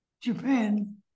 Japan